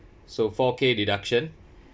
so four K deduction